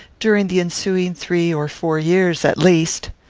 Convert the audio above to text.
during the ensuing three or four years at least.